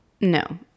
No